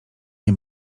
nie